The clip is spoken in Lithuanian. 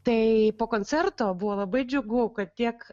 tai po koncerto buvo labai džiugu kad tiek